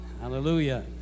Hallelujah